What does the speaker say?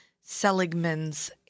Seligman's